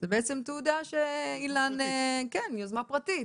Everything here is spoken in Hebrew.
זאת בעצם תעודה שהיא מיוזמה פרטית.